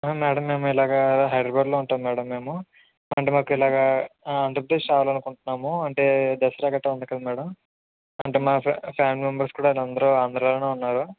madam మేము ఇలాగా హైడ్రాబ్యాడ్లో ఉంటాం మేడం మేము అంటే మాకు ఇలాగా ఆంధ్రప్రదేశ్ రావాలనుకుంటున్నాము అంటే దసరా గట్రా అందుకని మేడం అంటే మా ఫ్యా ఫ్యామిలీ మెంబర్సు కూడా అందరూ ఆంధ్రలోనే ఉన్నారు